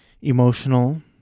emotional